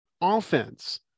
offense